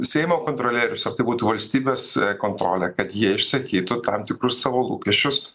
seimo kontrolierius ar tai būtų valstybės kontrolė kad jie išsakytų tam tikrus savo lūkesčius